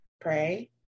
pray